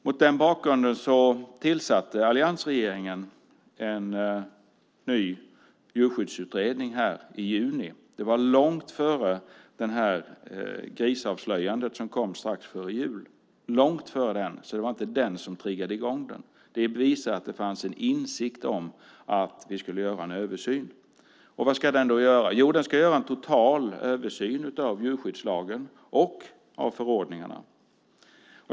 Mot den bakgrunden tillsatte alliansregeringen en ny djurskyddsutredning i juni. Det var långt före det grisavslöjande som kom strax före jul. Det var långt före det, så det var inte det som triggade i gång den. Det visar att det fanns en insikt om att det behövdes en översyn. Vad ska den då göra? Jo, den ska göra en total översyn av djurskyddslagen och av förordningarna.